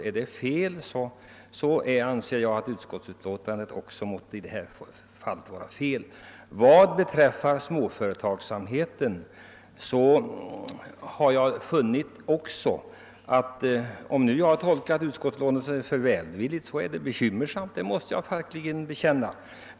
är det fel herr Lindholm, så anser jag att utlåtandet har avfattats felaktigt. Om jag har tolkat utskottets skrivning beträffande småföretagsamheten alltför välvilligt är det bekymmersamt, det måste jag erkänna.